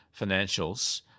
financials